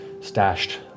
stashed